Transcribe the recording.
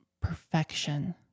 perfection